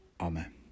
Amen